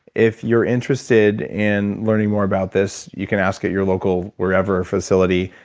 if you're interested in learning more about this, you can ask at your local, wherever facility.